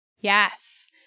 Yes